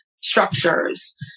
structures